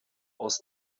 aus